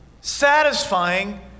satisfying